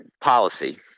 policy